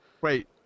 Wait